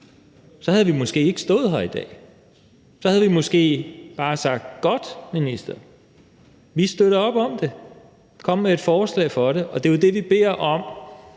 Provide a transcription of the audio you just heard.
havde vi måske ikke stået her i dag, så havde vi måske bare sagt: Godt, minister; vi støtter op om det; kom med et forslag om det. Og det er jo det, vi beder om